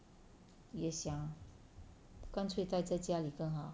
也想干脆待在家里更好